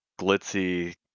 glitzy